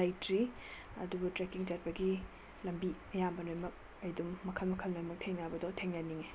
ꯂꯩꯇ꯭ꯔꯤ ꯑꯗꯨꯕꯨ ꯇ꯭ꯔꯦꯛꯀꯤꯡ ꯆꯠꯄꯒꯤ ꯂꯝꯕꯤ ꯑꯌꯥꯝꯕ ꯂꯣꯏꯃꯛ ꯑꯩ ꯑꯗꯨꯝ ꯃꯈꯜ ꯃꯈꯜ ꯂꯣꯏꯃꯛ ꯊꯦꯡꯅꯕꯗꯣ ꯊꯦꯡꯅꯅꯤꯡꯉꯦ